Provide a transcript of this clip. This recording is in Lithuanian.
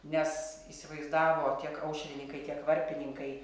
nes įsivaizdavo tiek aušrininkai tiek varpininkai